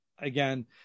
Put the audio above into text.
again